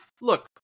look